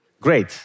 Great